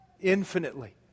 infinitely